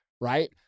right